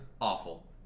Awful